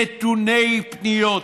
נטולי פניות,